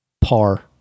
par